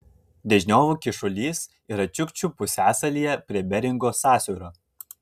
dežniovo kyšulys yra čiukčių pusiasalyje prie beringo sąsiaurio